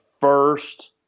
first